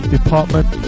Department